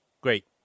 Great